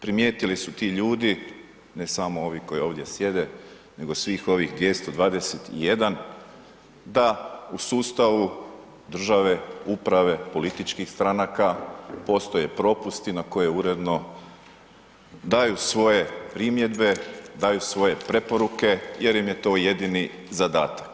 Primijetili su ti ljudi, ne samo koji ovdje sjede, nego svih ovih 221 da u sustavu državne uprave, političkih stranaka, postoje propusti na koje uredno daju svoje primjedbe, daju svoje preporuke jer im je to jedini zadatak.